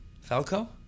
Falco